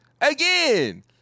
again